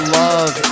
love